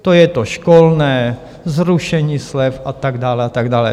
To je to školné, zrušení slev a tak dále a tak dále.